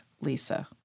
Lisa